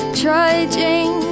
trudging